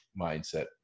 mindset